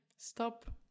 stop